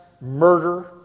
murder